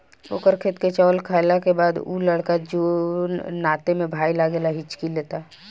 ओकर खेत के चावल खैला के बाद उ लड़का जोन नाते में भाई लागेला हिच्की लेता